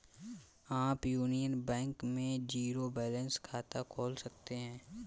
आप यूनियन बैंक में zero balance खाता खोल सकते हैं